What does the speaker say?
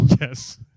Yes